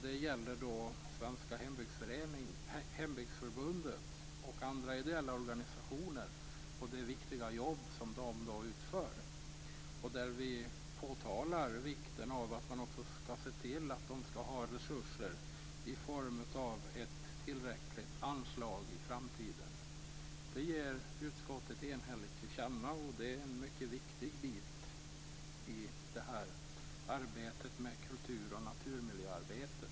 Det gäller Sveriges Hembygdsförbund, andra ideella organisationer och det viktiga jobb som de utför. Vi påtalar vikten av att de får resurser i form av ett tillräckligt anslag i framtiden. Detta ger utskottet enhälligt till känna. De utgör en mycket viktig del i arbetet med kultur och naturmiljöarbetet.